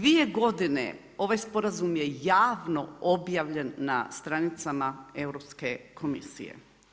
2 godine ovaj sporazum je javno objavljen na stranicama Europske komisije.